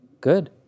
Good